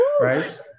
Right